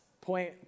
point